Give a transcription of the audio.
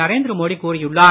நரேந்திர மோடி கூறியுள்ளார்